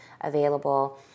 available